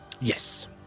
Yes